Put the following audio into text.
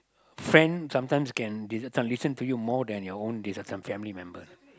friends sometimes can listen some time listen to you more than your own this one family member